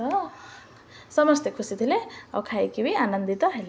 ତ ସମସ୍ତେ ଖୁସି ଥିଲେ ଆଉ ଖାଇକି ବି ଆନନ୍ଦିତ ହେଲେ